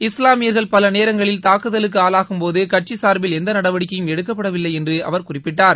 இஸ்லாமியர்கள் பல நேரங்களில் தாக்குதலுக்கு ஆளாகும்போது கட்சி சார்பில் எந்த நடவடிக்கையும் எடுக்கப்படவில்லை என்று அவர் குறிப்பிட்டார்